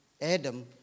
Adam